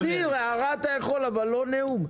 אביר, הערה אתה יכול אבל לא נאום.